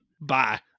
Bye